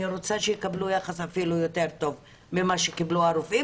אני רוצה שהם יקבלו אפילו יחס טוב יותר מאשר הרופאים